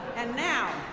and now,